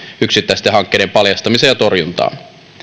yksittäisten hankkeiden paljastamiseen ja torjuntaan